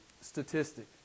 statistic